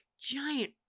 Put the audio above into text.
giant